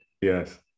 Yes